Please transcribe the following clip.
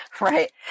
Right